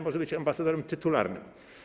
Może jest ambasadorem tytularnym.